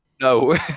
no